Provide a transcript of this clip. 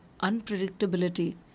unpredictability